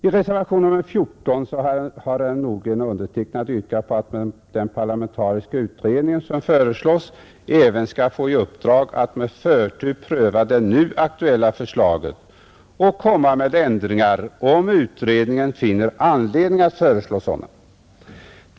I reservationen 14 av herr Nordgren och mig har vi yrkat att den parlamentariska utredning som föreslås skall få i uppdrag att med förtur pröva även det nu aktuella förslaget och komma med ändringar om utredningen finner anledning föreslå sådana.